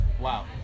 Wow